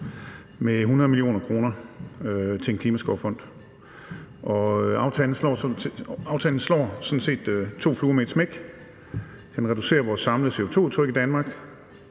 med 100 mio. kr. til en klimaskovfond. Aftalen slår sådan set to fluer med ét smæk: Den reducerer vores samlede CO2-aftryk i Danmark,